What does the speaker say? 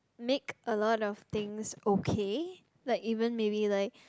make a lot of things okay like even maybe like